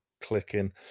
clicking